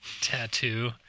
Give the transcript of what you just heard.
tattoo